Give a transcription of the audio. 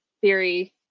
theory